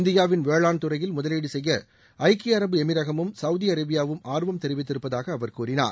இந்தியாவின் வேளாண் துறையில் முதலீடு செய்ய ஐக்கிய அரபு எமிரகமும் சவுதி அரேபியாவும் ஆர்வம் தெரிவித்திருப்பதாக அவர் கூறினார்